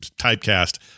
typecast